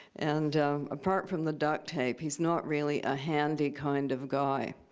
and apart from the duct tape, he's not really a handy kind of guy.